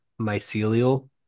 mycelial